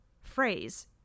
phrase